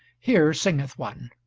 here singeth one